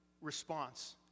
response